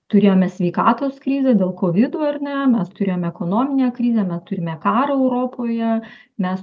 turėjome sveikatos krizę dėl kovidų ar ne mes turėjom ekonominę krizę me turime karą europoje mes